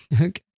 Okay